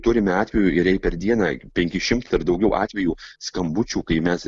turime atvejų ir jei per dieną penki šimtai ir daugiau atvejų skambučių kai mes